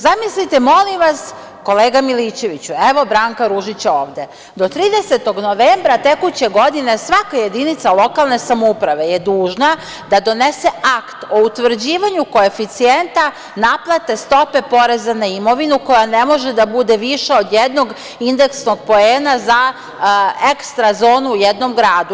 Zamislite, molim vas, kolega Milićeviću, evo Branka Ružića ovde, do 30. novembra tekuće godine svaka jedinica lokalne samouprave je dužna da donese akt o utvrđivanju koeficijenta naplate stope poreza na imovinu koja ne može da bude viša od jednog indeksnog poena za ekstra zonu u jednom gradu.